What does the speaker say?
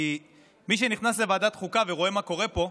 כי מי שנכנס לוועדת חוקה ורואה מה קורה פה,